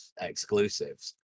exclusives